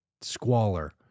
squalor